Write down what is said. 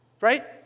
right